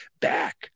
back